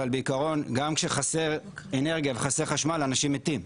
אבל בעיקרון גם כשחסר אנרגיה וחסר חשמל אנשים מתים.